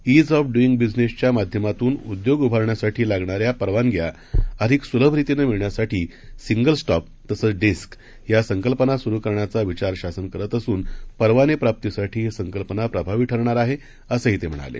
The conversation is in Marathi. ञाअॅफडुईगबिझनेसच्यामाध्यमातूनउद्योगउभारण्यासाठीलागणाऱ्यापरवानग्याअधिकसुलभरितीनंमिळण्यासाठी सिंगलस्टॉप ंतसंच ंडेस्क यासंकल्पनासुरुकरण्याचाविचारशासनकरतअसून परवानेप्राप्तीसाठीहीसंकल्पनाप्रभावीठरणारआहे असंहीतेम्हणाले